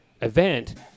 event